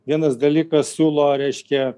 vienas dalykas siūlo reiškia